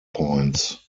points